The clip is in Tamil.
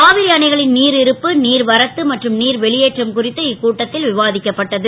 காவிரி அணைகளின் நீர் இருப்பு நீர் வரத்து மற்றும் நீர் வெளியேற்றம் குறித்து இக்கூட்டத் ல் விவா க்கப்பட்டது